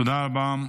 תודה רבה.